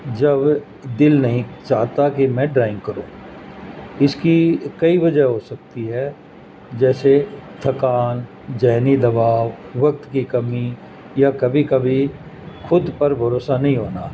جب دل نہیں چاہتا کہ میں ڈرائنگ کروں اس کی کئی وجہ ہو سکتی ہے جیسے تھکان ذہنی دباؤ وقت کی کمی یا کبھی کبھی خود پر بھروسہ نہیں ہونا